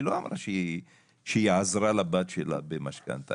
היא לא אמרה שהיא עזרה לבת שלה במשכנתה.